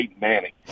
Manning